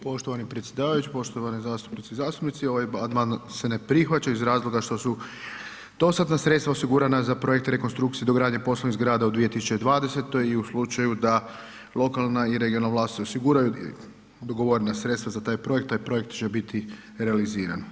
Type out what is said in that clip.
Poštovani predsjedavajući, poštovani zastupnice i zastupnici, ovaj amandman se ne prihvaća iz razloga što su dostatna sredstva osigurana za projekte rekonstrukcije dogradnje poslovnih zgrada u 2020. i u slučaju da lokalna i regionalna vlast osiguraju dogovorena sredstva za taj projekt, taj projekt će biti realiziran.